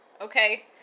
okay